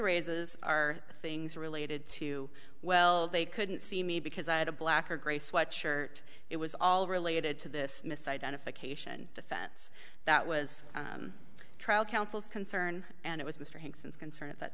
raises are things related to well they couldn't see me because i had a black or gray sweatshirt it was all related to this misidentification defense that was trial counsel's concern and it was mr hanks and concern at that